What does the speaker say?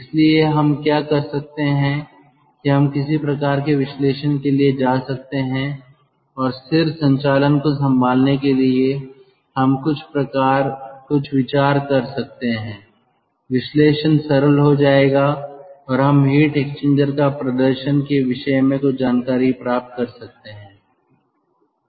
इसलिए हम क्या कर सकते हैं कि हम किसी प्रकार के विश्लेषण के लिए जा सकते हैं और स्थिर संचालन को संभालने के लिए हम कुछ विचार कर सकते हैं विश्लेषण सरल हो जाएगा और हम हीट एक्सचेंजर का प्रदर्शन के विषय में कुछ जानकारी प्राप्त कर सकते हैं